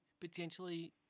Potentially